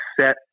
set